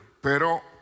pero